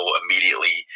immediately